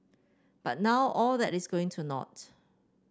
but now all that is going to naught